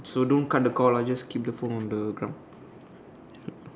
so don't cut the call ah just keep the phone on the